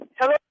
Hello